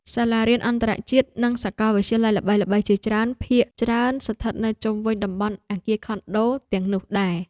សាលារៀនអន្តរជាតិនិងសាកលវិទ្យាល័យល្បីៗជាច្រើនភាគច្រើនស្ថិតនៅជុំវិញតំបន់អគារខុនដូទាំងនោះដែរ។